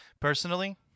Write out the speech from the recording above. personally